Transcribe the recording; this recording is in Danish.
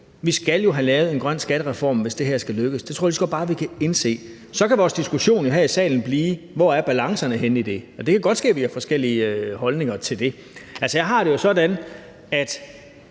vi skal jo have lavet en grøn skattereform, hvis det her skal lykkes. Det tror jeg lige så godt bare vi kan indse. Så kan vores diskussion her i salen jo handle om: Hvor er balancerne henne i det? Og det kan godt ske, at vi har forskellige holdninger til det. Altså, jeg har det sådan, at